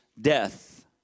death